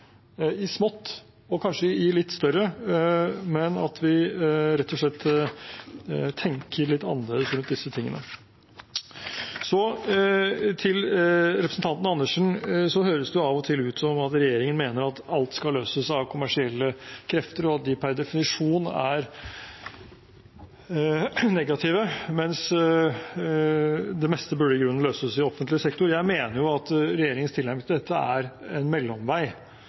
i smått – og kanskje i litt større – men at vi rett og slett må tenke litt annerledes rundt disse tingene. Så til representanten Andersen, som av og til får det til å høres ut som om regjeringen mener at alt skal løses av kommersielle krefter, og at de per definisjon er negative, mens det meste i grunnen bør løses i offentlig sektor. Jeg mener at regjeringens tilnærming til dette er en mellomvei,